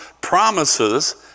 promises